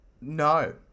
no